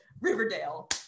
riverdale